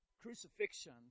Crucifixion